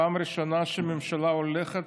פעם ראשונה שהממשלה הולכת